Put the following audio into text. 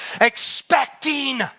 Expecting